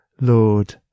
Lord